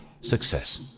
success